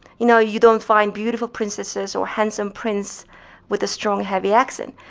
you know, you don't find beautiful princesses or handsome prince with a strong, heavy accent.